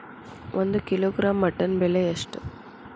ಒಂದು kilogram mutton ಬೆಲೆ ಎಷ್ಟ್?